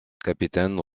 capitaine